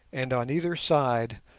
and on either side,